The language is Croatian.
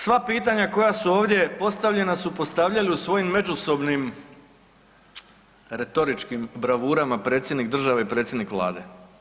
Sava pitanja koja su ovdje postavljena su postavljali u svojim međusobnim retoričkim bravurama predsjednik države i predsjednik Vlade.